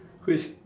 which